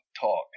talk